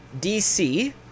DC